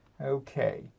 Okay